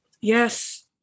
Yes